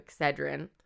Excedrin